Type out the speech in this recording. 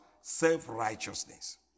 self-righteousness